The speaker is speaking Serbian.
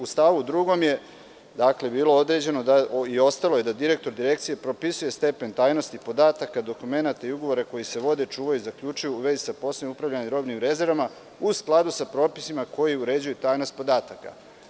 U stavu 2. je bilo određeno i ostalo je da direktor Direkcije propisuje stepen tajnosti podataka, dokumenata i ugovora koji se vode, čuvaju i zaključuju u vezi sa poslovima upravljanja robnim rezervama, u skladu sa propisima koji uređuju tajnost podataka.